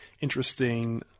interesting